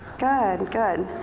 good, good.